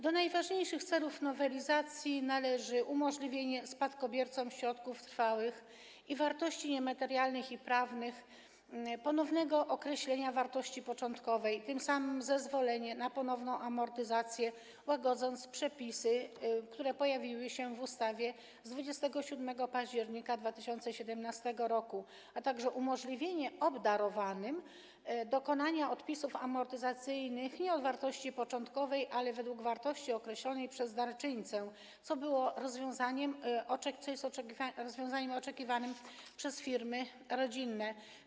Do najważniejszych celów nowelizacji należy umożliwienie spadkobiercom środków trwałych i wartości niematerialnych i prawnych ponownego określenia wartości początkowej, a tym samym zezwolenie na ponowną amortyzację, co łagodzi przepisy, które pojawiły się w ustawie z 27 października 2017 r., a także umożliwienie obdarowanym dokonania odpisów amortyzacyjnych nie od wartości początkowej, ale według wartości określonej przez darczyńcę, co jest rozwiązaniem oczekiwanym przez firmy rodzinne.